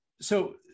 so-